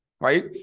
right